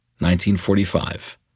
1945